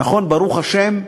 נכון, ברוך השם,